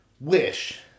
wish